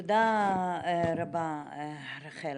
תודה רבה רחל.